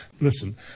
Listen